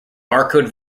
barcode